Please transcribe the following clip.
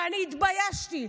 ואני התביישתי.